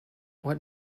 what